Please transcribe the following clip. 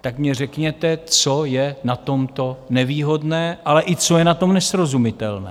Tak mně řekněte, co je na tomto nevýhodné, ale i co je na tom nesrozumitelné?